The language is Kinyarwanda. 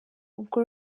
ubwo